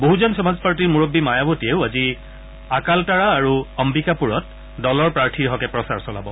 বহুজন সমাজ পাৰ্টিৰ মূৰববী মায়াৰতীয়েও আজি আকালতাৰা আৰু অম্বিকাপূৰত দলৰ প্ৰাৰ্থীৰ হকে প্ৰচাৰ চলাব